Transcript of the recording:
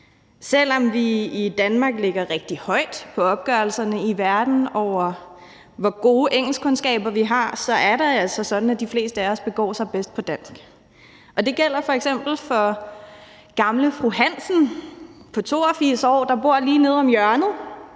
Selv om vi i Danmark ligger rigtig højt på opgørelserne i verden over, hvor gode engelskkundskaber man har, er det altså sådan, at de fleste af os begår os bedst på dansk. Og det gælder f.eks. for gamle fru Hansen på 82 år, der bor lige nede om hjørnet,